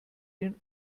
den